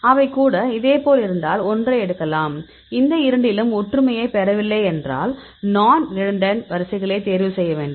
அவை கூட இதேபோல் இருந்தால் ஒன்றை எடுக்கலாம் இந்த இரண்டிலும் ஒற்றுமையைப் பெறவில்லை என்றால்நான்ரிடண்டன்ட் வரிசைகளை தேர்வு செய்ய வேண்டும்